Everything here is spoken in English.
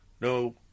no